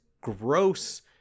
gross